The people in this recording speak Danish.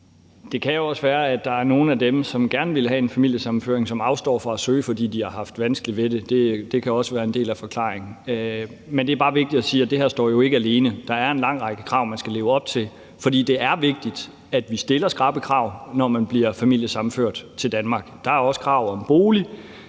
(V): Det kan jo også være, at der er nogle af dem, som gerne vil have en familiesammenføring, som afstår fra at søge, fordi de har haft vanskeligt ved det. Det kan også være en del af forklaringen. Men det er bare vigtigt at sige, at det her jo ikke står alene. Der er en lang række krav, man skal leve op til, for det er vigtigt, at vi stiller skrappe krav, når man bliver familiesammenført til Danmark. Der er også krav om bolig